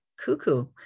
cuckoo